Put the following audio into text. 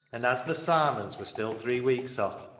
and as the sarmons were still three weeks off,